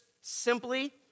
simply